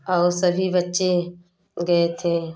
और सभी बच्चे गए थे